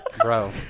Bro